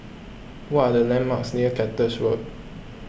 what are the landmarks near Cactus Road